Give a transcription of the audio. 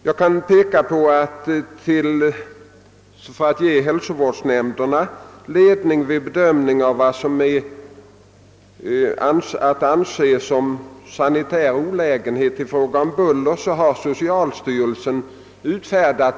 Jag kan peka på att socialstyrelsen har utfärdat vissa riktvärden för att ge hälsovårdsnämnderna ledning vid deras bedömning av vad som är att anse såsom sanitär olägenhet i fråga om buller.